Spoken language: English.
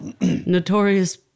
Notorious